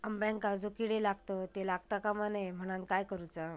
अंब्यांका जो किडे लागतत ते लागता कमा नये म्हनाण काय करूचा?